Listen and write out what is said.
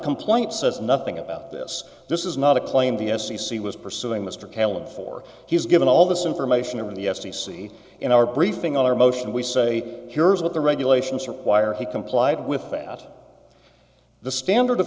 complaint says nothing about this this is not a claim the f c c was pursuing mr caleb for he's given all this information in the f c c in our briefing on our motion we say here's what the regulations require he complied with that the standard of